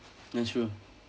that's true